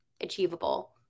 achievable